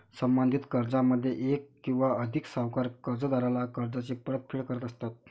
संबंधित कर्जामध्ये एक किंवा अधिक सावकार कर्जदाराला कर्जाची परतफेड करत असतात